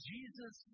Jesus